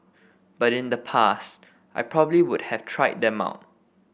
but in the past I probably would have tried them out